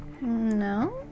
No